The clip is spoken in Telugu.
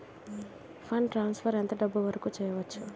ఫండ్ ట్రాన్సఫర్ ఎంత డబ్బు వరుకు చేయవచ్చు?